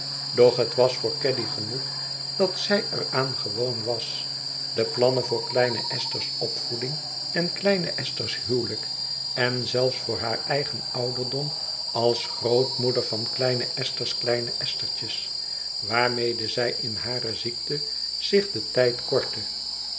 doch het was voor caddy genoeg dat z ij er aan gewoon was de plannen voor kleine esther's opvoeding en kleine esther's huwelijk en zelfs voor haar eigen ouderdom als grootmoeder van kleine esther's kleine esthertjes waarmede zij in hare ziekte zich den tijd kortte